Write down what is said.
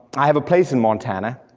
i have a place in montana,